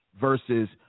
versus